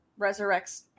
resurrects